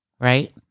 right